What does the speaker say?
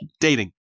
dating